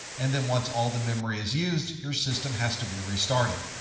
and then once all the memory is used, your system has to be restarted.